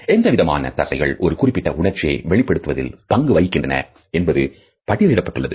எந்தவிதமான தசைகள் ஒரு குறிப்பிட்ட உணர்ச்சியை வெளிப்படுத்துவதில் பங்கு வகிக்கிறது என்பதும் பட்டியலிடப்பட்டுள்ளது